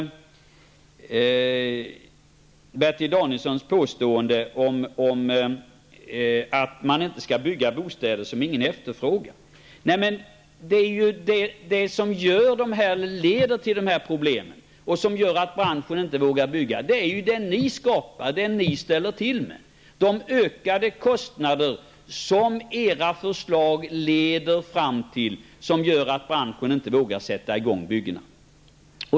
Bertil Danielsson säger att man inte skall bygga bostäder som ingen efterfrågar. Det som leder till dessa problem och som gör att branschen inte vågar bygga är det ni skapat, det ni ställer till med. De ökade kostnader som era förslag leder fram till gör att branschen inte vågar sätta igång byggena.